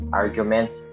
arguments